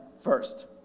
first